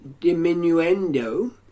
diminuendo